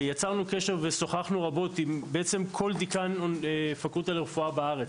יצרנו קשר ושוחחנו רבות עם כל דיקן פקולטה לרפואה בארץ,